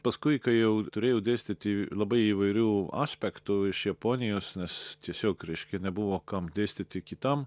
paskui kai jau turėjau dėstyti labai įvairių aspektų iš japonijos nes tiesiog reiškia nebuvo kam dėstyti kitam